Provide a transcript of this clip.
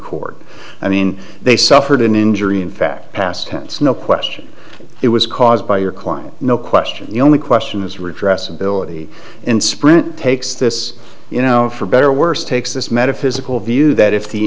court i mean they suffered an injury in fact past tense no question it was caused by your client no question the only question is redress ability and sprint takes this you know for better or worse takes this metaphysical view that if the